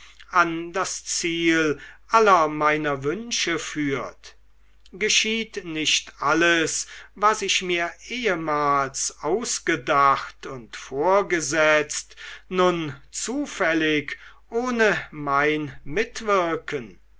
an das ziel aller meiner wünsche führt geschieht nicht alles was ich mir ehemals ausgedacht und vorgesetzt nun zufällig ohne mein mitwirken